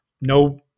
no